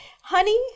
honey